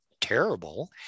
terrible